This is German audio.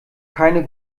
keine